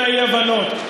שלא תהיינה אי-הבנות,